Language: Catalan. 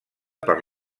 per